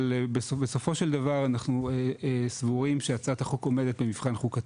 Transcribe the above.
אבל בסופו של דבר אנחנו סבורים שהצעת החוק עומדת במבחן חוקתי,